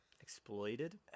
exploited